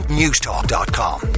newstalk.com